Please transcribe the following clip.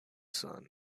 sun